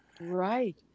Right